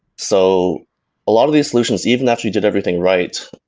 so a lot of these solutions, even after you did everything right,